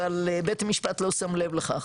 אבל בית המשפט לא שם לב לכך,